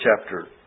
chapter